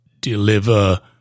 deliver